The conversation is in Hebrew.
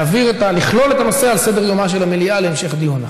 לכלול את הנושא בסדר-יומה של המליאה להמשך דיון,